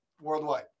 worldwide